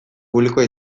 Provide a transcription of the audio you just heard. publikoa